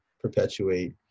perpetuate